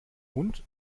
hund